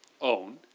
own